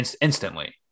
instantly